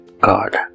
god